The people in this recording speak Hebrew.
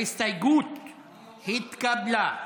ההסתייגות התקבלה,